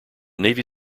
navy